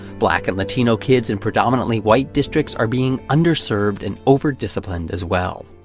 black and latino kids in predominantly-white districts are being underserved and over-disciplined as well.